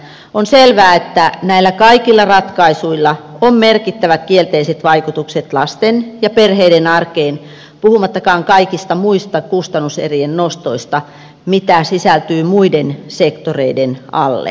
on selvää että näillä kaikilla ratkaisuilla on merkittävät kielteiset vaikutukset lasten ja perheiden arkeen puhumattakaan kaikista muista kustannuserien nostoista mitä hallitus toteuttaa mitä sisältyy muiden sektoreiden alle